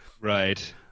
right